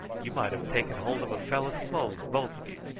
you might have taken hold of a fellow's clothes, both of you.